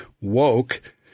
woke